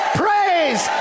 praise